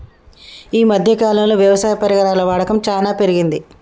ఈ మధ్య కాలం లో వ్యవసాయ పరికరాల వాడకం చానా పెరిగింది